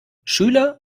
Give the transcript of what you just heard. schüler